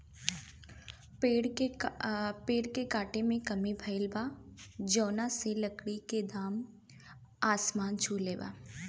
पेड़ के काटे में कमी भइल बा, जवना से लकड़ी के दाम आसमान छुले बा